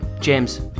James